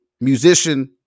musician